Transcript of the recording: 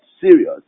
serious